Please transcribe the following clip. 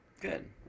Good